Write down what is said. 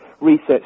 research